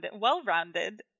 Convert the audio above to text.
well-rounded